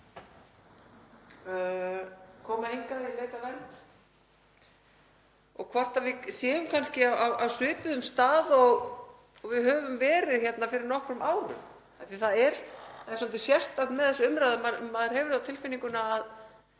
koma hingað í leit að vernd og hvort við séum kannski á svipuðum stað og við vorum hér fyrir nokkrum árum. Það er svolítið sérstakt með þessa umræðu að maður hefur það á tilfinningunni að